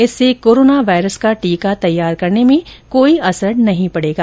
इससे corona virus का टीका तैयार करने में कोई असर नहीं पड़ेगा